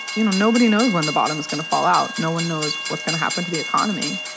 you know, nobody knows when the bottom is going to fall out. no one knows what's going to happen to the economy,